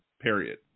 period